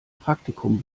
praktikum